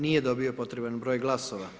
Nije dobio potreban broj glasova.